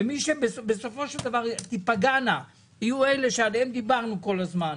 מי שבסופו של דבר תיפגענה יהיו אלה שעליהן דיברנו כל הזמן,